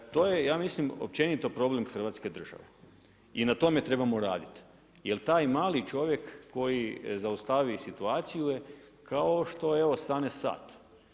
To je ja mislim općenito problem Hrvatske države i na tome trebamo raditi, jer taj mali čovjek koji zaustavi situaciju je kao što evo stane sat.